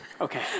Okay